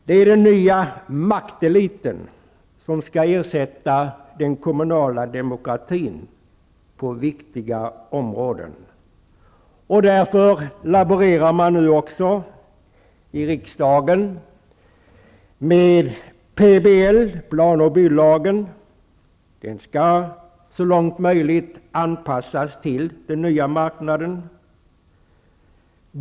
Det är den nya makteliten som skall ersätta den kommunala demokratin på viktiga områden. Därför laborerar man nu också i riksdagen med plan och bygglagen. Den skall så långt möjligt anpassas till den nya marknaden.